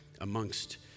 amongst